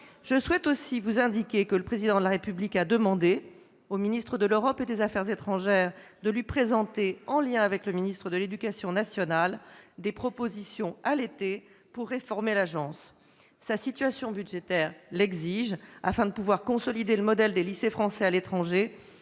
de sécurité. J'indique également que le Président de la République a demandé au ministre de l'Europe et des affaires étrangères de lui présenter, en lien avec le ministre de l'éducation nationale, des propositions à l'été pour réformer l'Agence. La situation budgétaire de celle-ci l'exige, afin de pouvoir consolider le modèle des lycées français à l'étranger,